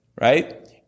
right